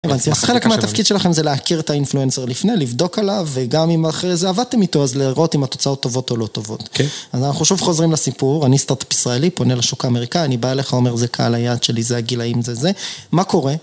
אז חלק מהתפקיד שלכם זה להכיר את האינפלואנסר לפני, לבדוק עליו, וגם אם אחרי זה עבדתם איתו, אז לראות אם התוצאות טובות או לא טובות. כן. אז אנחנו שוב חוזרים לסיפור, אני סטארטאפ ישראלי, פונה לשוק האמריקאי, אני בא אליך ואומר זה קהל היעד שלי, זה הגילאים, זה זה. מה קורה?